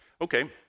Okay